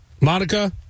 Monica